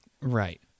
Right